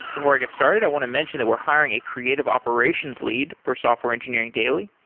before i get started i want to mention that we're hiring a creative operations lead for software engineering daily.